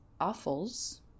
offals